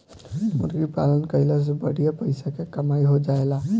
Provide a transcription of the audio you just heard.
मुर्गी पालन कईला से बढ़िया पइसा के कमाई हो जाएला